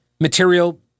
material